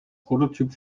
prototyp